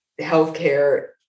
healthcare